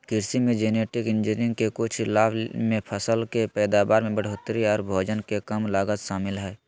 कृषि मे genetic engineering के कुछ लाभ मे फसल के पैदावार में बढ़ोतरी आर भोजन के कम लागत शामिल हय